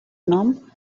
nom